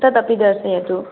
तदपि दर्शयतु